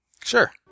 Sure